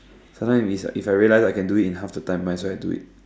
sometime if if I realize I can do it in half the time might as well I do it